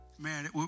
Man